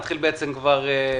נתחיל בעצם לעבוד.